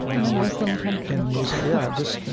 in a muslim country in a muslim yeah, just,